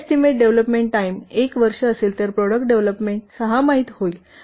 जर estimate development time 1 वर्ष असेल तर प्रॉडक्ट डेव्हलप सहामाहीत होईल